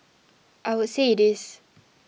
I would say it is